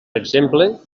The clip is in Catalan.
exemple